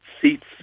Seats